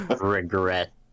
Regret